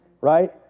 right